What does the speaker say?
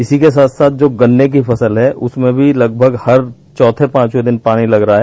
इसी के साथ साथ गन्ने की जो फसल है उसमें भी लगभग हर चौथे पांचवें दिन पानी लग रहा है